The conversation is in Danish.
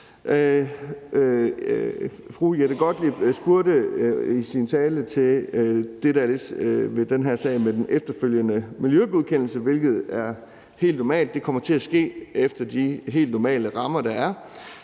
Fru Jette Gottlieb spurgte i sin tale til spørgsmålet om den efterfølgende miljøgodkendelse, hvilket er helt normalt. Det kommer til at ske efter de helt normale rammer, der er,